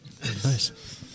Nice